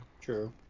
true